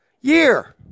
year